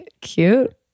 Cute